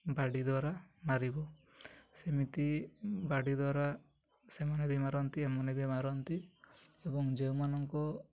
ବାଡ଼ି ଦ୍ୱାରା ମାରିବ ସେମିତି ବାଡ଼ି ଦ୍ୱାରା ସେମାନେ ବି ମାରନ୍ତି ଏମାନେ ବି ମାରନ୍ତି ଏବଂ ଯେଉଁମାନଙ୍କ